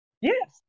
Yes